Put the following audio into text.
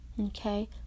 Okay